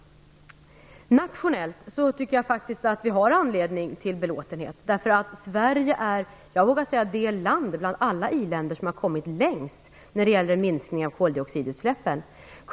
Nationellt tycker jag faktiskt att vi har anledning till belåtenhet. Jag vågar säga att Sverige är det land, bland alla i-länder, som har kommit längst när det gäller minskningen av koldioxidutsläppen.